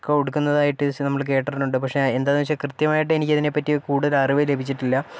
കൊടുക്കുന്നതായിട്ട് നമ്മള് കേട്ടിട്ടൊണ്ട് പക്ഷെ എന്താന്നുവച്ചാ കൃത്യമായിട്ട് എനിക്കിതിനെ പറ്റി കൂടുതൽ അറിവ് ലഭിച്ചിട്ടില്ല